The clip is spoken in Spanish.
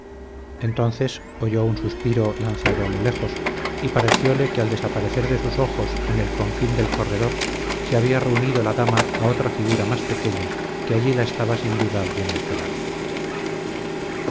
entonces oyó un suspiro lanzado a lo lejos y parecióle que al desaparecer de sus ojos en el confín del corredor se había reunido la dama a otra figura más pequeña que allí la estaba sin duda alguna esperando